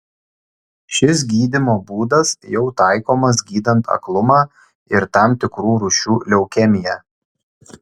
šis gydymo būdas jau taikomas gydant aklumą ir tam tikrų rūšių leukemiją